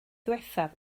ddiwethaf